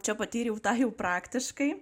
čia patyriau tą jau praktiškai